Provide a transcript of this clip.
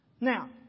Now